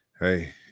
Hey